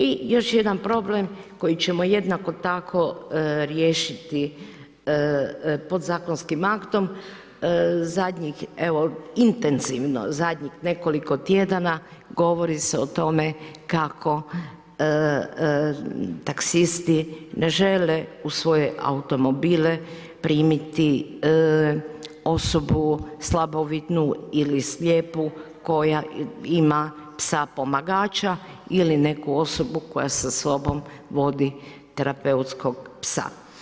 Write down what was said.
I još jedan problem koji ćemo jednako riješiti podzakonskim aktom, zadnjih evo intenzivno nekoliko tjedana govori se o tome kako taksisti ne žele u svoje automobile primiti osobu slabovidnu ili slijepu koja ima psa pomagača ili neku osobu koja sa sobom vodi terapeutskog psa.